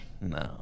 No